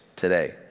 Today